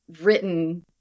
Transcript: written